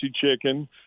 chicken